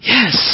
Yes